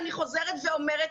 אני חוזרת ואומרת,